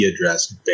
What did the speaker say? address